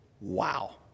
Wow